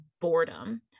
boredom